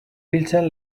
biltzen